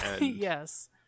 Yes